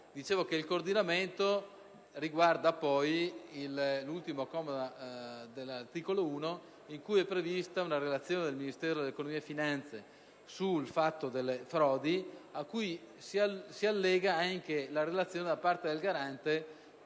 il coordinamento riguarda l'ultimo comma dell'articolo 1, in cui è prevista una relazione del Ministero dell'economia e delle finanze sulle frodi, a cui si allega anche la relazione da parte del Garante